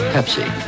Pepsi